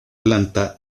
planta